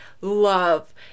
love